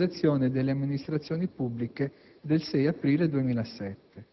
nella "Intesa sul lavoro pubblico e sulla riorganizzazione delle amministrazioni pubbliche" del 6 aprile 2007.